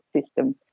system